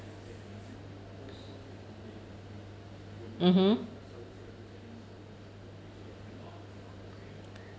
mmhmm